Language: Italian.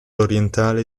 orientale